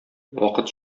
вакыт